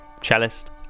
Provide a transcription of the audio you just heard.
cellist